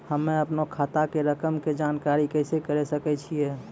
हम्मे अपनो खाता के रकम के जानकारी कैसे करे सकय छियै?